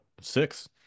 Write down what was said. six